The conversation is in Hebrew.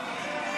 בעד,